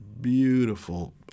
beautiful